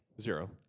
Zero